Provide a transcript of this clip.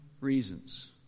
reasons